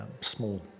small